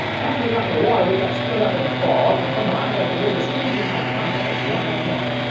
after we got in the water we got split up in the fog. and from behind i could hear the screams of my comrades one by one.